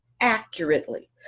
accurately